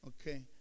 Okay